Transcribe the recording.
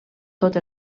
tot